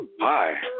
hi